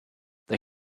they